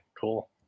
cool